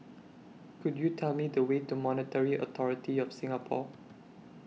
Could YOU Tell Me The Way to Monetary Authority of Singapore